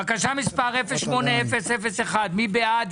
בקשה 08001. מי בעד?